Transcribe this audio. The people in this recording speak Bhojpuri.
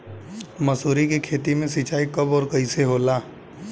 मसुरी के खेती में सिंचाई कब और कैसे होला?